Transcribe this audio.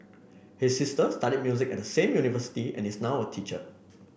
his sister studied music at the same university and is now a teacher